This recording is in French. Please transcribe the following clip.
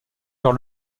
vers